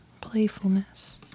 playfulness